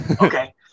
okay